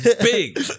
big